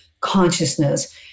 consciousness